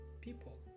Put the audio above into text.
people